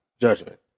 judgment